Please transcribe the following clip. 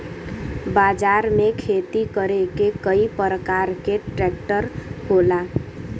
बाजार में खेती करे के कई परकार के ट्रेक्टर होला